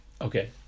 okay